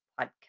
podcast